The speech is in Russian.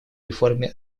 реформе